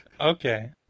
Okay